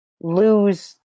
lose